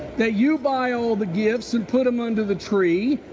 that you buy all the gifts and put them under the tree.